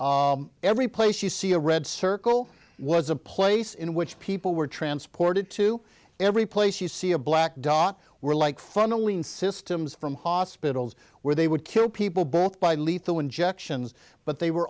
every place you see a red circle was a place in which people were transported to every place you see a black dot were like funneling systems from hospitals where they would kill people both by lethal injections but they were